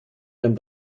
einen